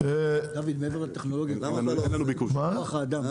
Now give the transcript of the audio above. דוד, מעבר לטכנולוגיה, מה עם כוח האדם?